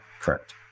correct